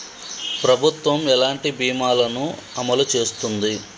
ప్రభుత్వం ఎలాంటి బీమా ల ను అమలు చేస్తుంది?